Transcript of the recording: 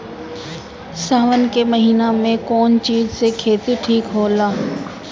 सावन के महिना मे कौन चिज के खेती ठिक होला?